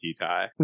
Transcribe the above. Tie